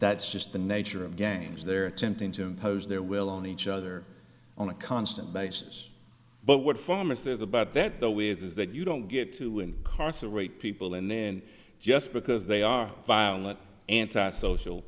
that's just the nature of games they're attempting to impose their will on each other on a constant basis but what farmer says about that though with is that you don't get to incarcerate people and then just because they are violent antisocial